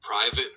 Private